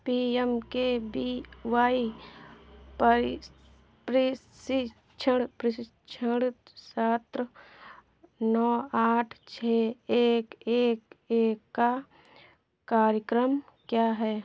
P M K V Y पर प्रीशिक्षण प्रशिक्षण सत्र नौ आठ छह एक एक एक का कार्यक्रम क्या है